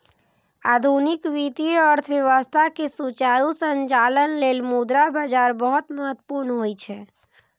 आधुनिक वित्तीय अर्थव्यवस्था के सुचारू संचालन लेल मुद्रा बाजार बहुत महत्वपूर्ण होइ छै